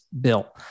bill